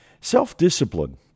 Self-discipline